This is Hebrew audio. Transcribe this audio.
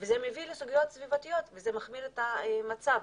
וזה מחמיר את המצב.